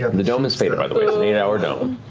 um the dome has faded, by the way. it's an eight hour dome.